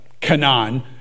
Canaan